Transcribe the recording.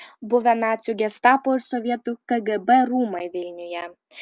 buvę nacių gestapo ir sovietų kgb rūmai vilniuje